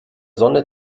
sonne